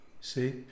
see